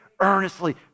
Earnestly